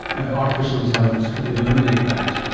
and the artificial intelligence could eliminate that.